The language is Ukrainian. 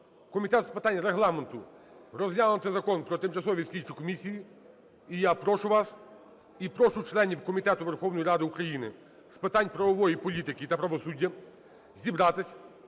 Комітету з питань Регламенту розглянути Закон про тимчасові слідчі комісії. І я прошу вас, і прошу членів Комітету Верховної Ради України з питань правової політики та правосуддя зібратися